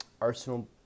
Arsenal